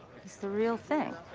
he's the real thing.